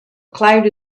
cloud